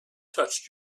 touched